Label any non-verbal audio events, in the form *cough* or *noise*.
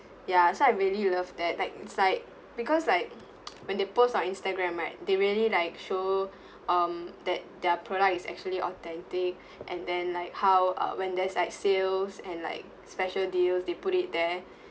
ya so I really love that like it's like because like *noise* when they post on instagram right they really like show um that their product is actually authentic and then like how uh when there's like sales and like special deals they put it there